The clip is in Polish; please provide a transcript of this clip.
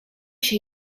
się